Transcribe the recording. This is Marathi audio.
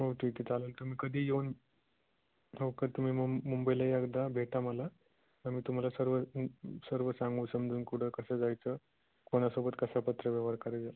हो ठीक आहे चालेल तुम्ही कधीही येऊन हो का तुम्ही मुं मुंबईला एकदा भेटा मला आम्ही तुम्हाला सर्व सर्व सांगू समजून कुठं कसं जायचं कोणासोबत कसा पत्रव्यवहार करायचा